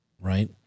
right